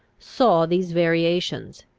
saw these variations,